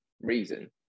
reason